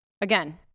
again